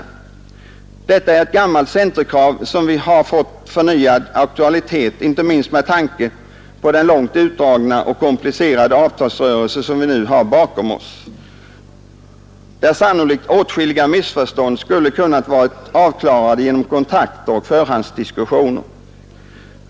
Detta är ett gammalt centerkrav som har fått förnyad aktualitet inte minst med tanke på den långt utdragna och komplicerade avtalsrörelse som vi nu har bakom oss, där sannolikt åtskilliga missförstånd skulle kunnat vara avklarade genom kontakter och förhandsdiskussioner.